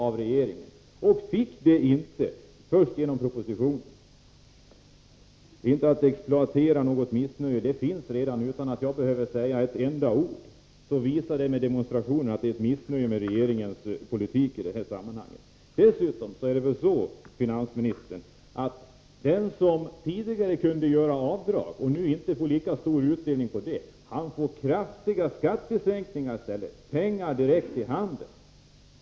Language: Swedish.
Men regeringen tillmötesgick fackföreningsrörelsen först i och med utarbetandet av propositionen. Jag exploaterar inte något missnöje. Ett sådant finns redan. Jag behöver inte säga ett enda ord. Demonstrationer har visat att det i detta sammanhang finns ett missnöje med regeringens politik. Dessutom förhåller det sig väl så, finansministern, att den som tidigare kunde göra avdrag och nu inte får lika stor utdelning på det sättet i stället får kraftiga skattesänkningar, dvs. pengar direkt i handen.